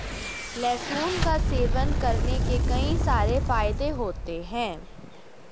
लहसुन का सेवन करने के कई सारे फायदे होते है